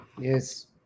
Yes